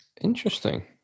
Interesting